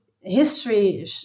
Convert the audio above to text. history